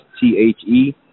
T-H-E